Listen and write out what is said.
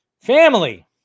family